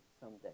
someday